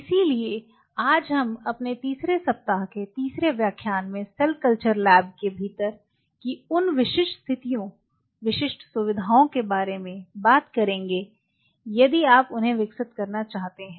इसलिए आज हम अपने तीसरे सप्ताह के तीसरे व्याख्यान में सेल कल्चर लैब के भीतर की उन विशिष्ट स्थितियों विशिष्ट सुविधाओं के बारे में बात करेंगे यदि आप उन्हें विकसित करना चाहते हैं